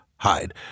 hide